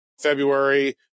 February